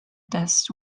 tests